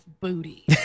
booty